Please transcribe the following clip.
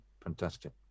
Fantastic